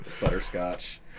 butterscotch